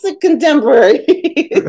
contemporary